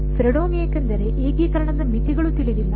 Fredholm ಏಕೆಂದರೆ ಏಕೀಕರಣದ ಮಿತಿಗಳು ತಿಳಿದಿಲ್ಲ